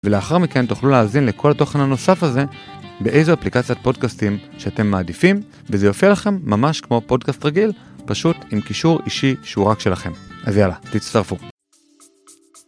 ולאחר מכן תוכלו להאזין לכל התוכן הנוסף הזה באיזו אפליקציית פודקאסטיים שאתם מעדיפים וזה יופיע לכם ממש כמו פודקאסט רגיל, פשוט עם קישור אישי שהוא רק שלכם. אז יאללה, תצטרפו.